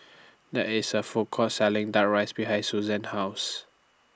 There IS A Food Court Selling Duck Rice behind Suzann's House